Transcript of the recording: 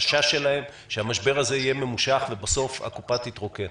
החשש שלהם שהמשבר הזה יהיה ממושך ובסוף הקופה תתרוקן,